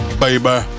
baby